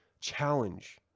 challenge